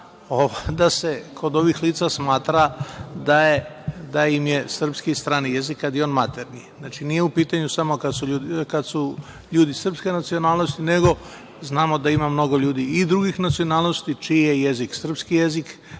da se kod ovih lica smatra da im je srpski strani jezik, kad je on maternji. Znači, nije u pitanju samo kad su ljudi srpske nacionalnosti, nego znamo da ima mnogo ljudi i drugih nacionalnosti čiji je jezik srpski jezik